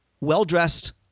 well-dressed